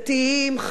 חרדים,